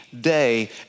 day